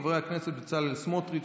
חברי הכנסת בצלאל סמוטריץ',